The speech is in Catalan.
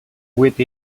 vuit